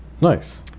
nice